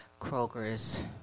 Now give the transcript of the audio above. Kroger's